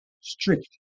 strict